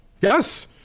yes